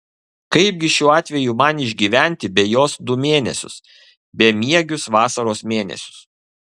kaipgi šiuo atveju man išgyventi be jos du mėnesius bemiegius vasaros mėnesius